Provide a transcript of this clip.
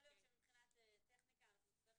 יכול להיות שמבחינת טכניקה אנחנו נצטרך